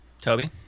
Toby